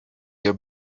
your